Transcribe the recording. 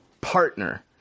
partner